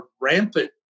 rampant